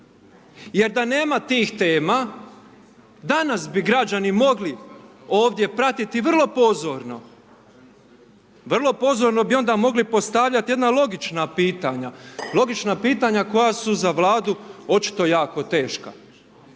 Jer da nema tih tema, danas bi građani mogli ovdje pratiti vrlo pozorno, vrlo pozorno bi onda mogli postavljati jedna logična pitanja, logična pitanja koja su za Vladu, očito jako teška.